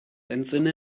entsinne